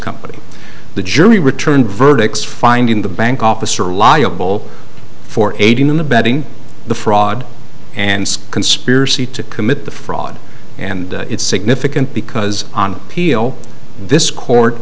company the jury returned verdicts finding the bank officer liable for aiding and abetting the fraud and conspiracy to commit the fraud and it's significant because on peel this court